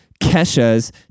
Kesha's